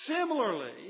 Similarly